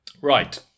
Right